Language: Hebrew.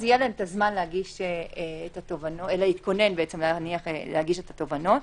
יהיה לכם זמן להתכונן להגיש את התובענות.